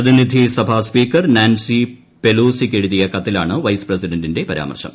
പ്രതിനിധി സഭാ speaker Nancy പെലോസിയ്ക്കെഴുതിയ കത്തിലാണ് വൈസ് പ്രസിഡന്റിന്റെ പരാമർശം